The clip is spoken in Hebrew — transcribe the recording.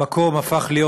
המקום הפך להיות,